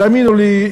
תאמינו לי,